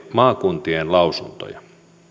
maakuntien lausuntoja